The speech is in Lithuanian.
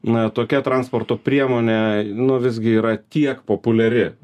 na tokia transporto priemonė nu visgi yra tiek populiari